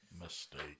Mistake